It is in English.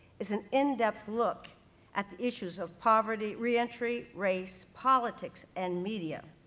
is an in-depth look at the issues of poverty, reentry, race, politics, and media.